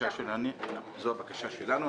זו הבקשה שלנו.